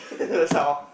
that's the sound